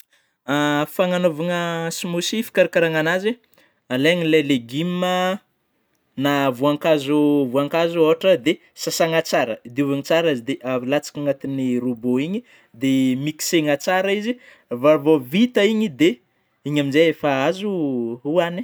Fagnanaovana smoothie, fikarakaragna an'azy alaina ilay legioma na voankazo, voankazo ôhatra, dia sasana tsara diovina tsara, dia avy alatsaka agnaty ny robot igny dia miksena tsara izy, vao, vao vita iny de, iny amin'izay efa azo hoaniy